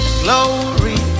glory